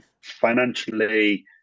Financially